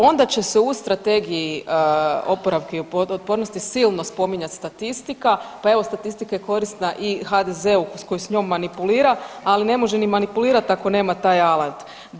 Onda će se u Strategiji oporavka i otpornosti silno spominjat statistika pa evo statistika je korisna i HDZ-u koji s njom manipulira, ali ne može ni manipulirat ako nema taj alat.